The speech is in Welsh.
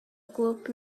glwb